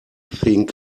think